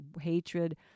hatred